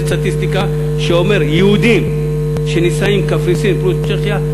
לסטטיסטיקה שאומר: יהודים שנישאים בקפריסין פלוס צ'כיה,